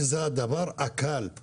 שזה הדבר הקל.